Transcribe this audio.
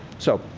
so,